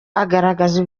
agaragaza